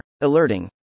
Alerting